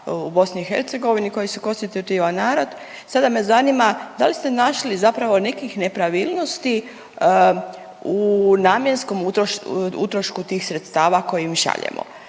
u BiH koji su konstitutivan narod. Sada me zanima da li ste našli zapravo nekih nepravilnosti u namjenskom utrošku tih sredstava koja im šaljemo?